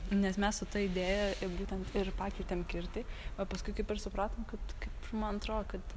nes mes su idėja būtent ir pakeitėm kirtį o paskui kaip ir supratom kad man atro kad